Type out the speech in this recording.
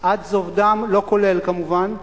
עד זוב דם, לא כולל, כמובן,